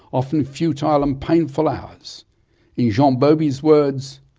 often futile and painful hours in jean um bauby's words,